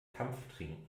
kampftrinken